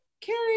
Carrie